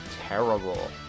terrible